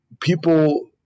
people